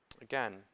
Again